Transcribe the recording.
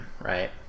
right